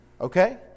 Okay